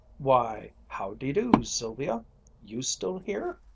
why, how-de-do, sylvia you still here?